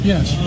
Yes